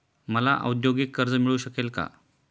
मला औद्योगिक कर्ज मिळू शकेल का?